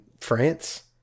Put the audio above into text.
France